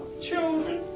children